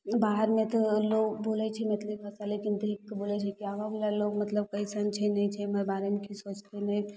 बाहरमे तऽ लोक बोलै छै मैथिली भाषा लेकिन देखिके बोलै छै कि आगाँवला लोक मतलब कइसन छै नहि छै हमरा बारेमे कि सोचतै नहि